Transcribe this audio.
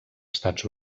estats